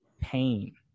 pain